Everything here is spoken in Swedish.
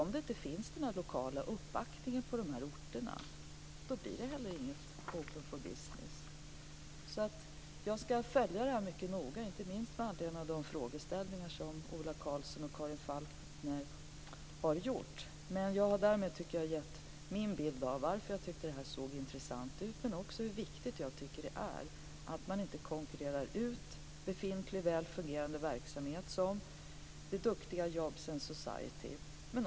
Om det inte finns någon lokal uppbackning på de här orterna så blir det heller inget Open for Business. Jag ska följa detta mycket noga - inte minst med anledning av de frågeställningar som Ola Karlsson och Karin Falkmer har gjort. Härmed tycker jag att jag har gett min bild av varför jag tyckte att detta såg intressant ut. Men jag vill också betona hur viktigt jag tycker att det är att man inte konkurrerar ut befintlig, väl fungerande verksamhet som det duktiga Jobs and Society.